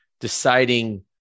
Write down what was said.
deciding